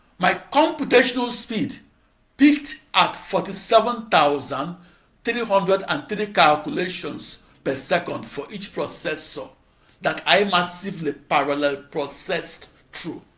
my computational speed peaked at forty-seven thousand three hundred and three calculations per second for each processor that i massively parallel processed to